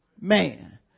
man